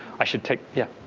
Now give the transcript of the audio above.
i should take yeah.